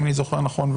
אם אני זוכר נכון,